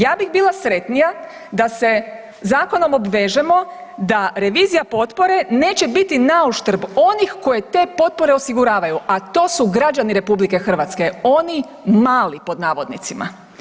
Ja bih bila sretnija da se zakonom obvežemo da revizija potpore neće biti nauštrb onih koji te potpore osiguravaju, a to su građani RH, oni mali pod navodnicima.